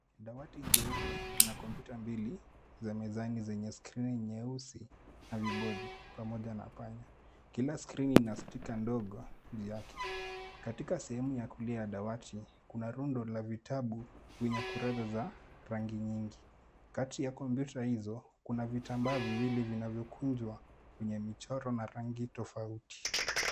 Dawati jeupe na kompyuta mbili za mezani zenye skrini nyeusi na vibodi pamoja na panya. Kila skrini ina sticker ndogo juu yake. Katika sehemu ya kulia ya dawati, kuna rundo la vitabu vyenye kurasa za rangi nyingi. Kati ya kompyuta hizo kuna vitambaa viwili vinavyokunjwa kwenye michoro na rangi tofauti.